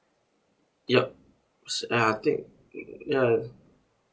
ya it's I think ya